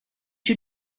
you